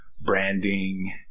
branding